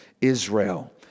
Israel